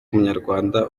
umunyarwanda